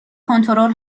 کنترل